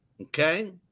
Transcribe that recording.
Okay